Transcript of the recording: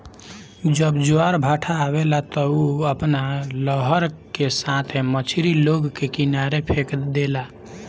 जब ज्वारभाटा आवेला त उ अपना लहर का साथे मछरी लोग के किनारे फेक देला